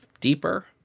deeper